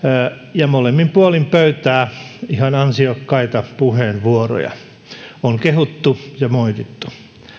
ja molemmin puolin pöytää ihan ansiokkaita puheenvuoroja on kehuttu ja moitittu